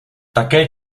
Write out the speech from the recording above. také